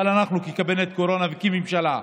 אבל אנחנו כקבינט קורונה וכממשלה,